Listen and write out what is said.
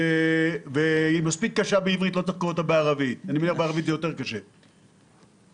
היא מספיק קשה בעברית, לא צריך לקרוא אותה בערבית.